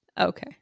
Okay